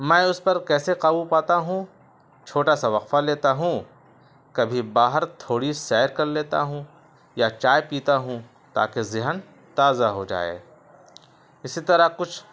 میں اس پر کیسے قابو پاتا ہوں چھوٹا سا وقفہ لیتا ہوں کبھی باہر تھوڑی سیر کر لیتا ہوں یا چائے پیتا ہوں تاکہ ذہن تازہ ہو جائے اسی طرح کچھ